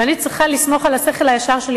ואני צריכה לסמוך על השכל הישר שלי,